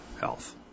health